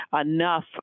enough